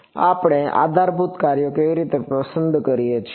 આપણે આ આધારભૂત કાર્યો કેવી રીતે પસંદ કરીએ